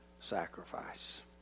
sacrifice